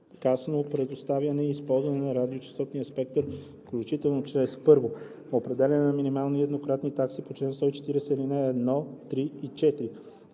ефикасно предоставяне и използване на радиочестотния спектър, включително чрез: 1. определяне на минимални еднократни такси по чл. 140, ал. 1, 3 и 4,